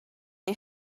neu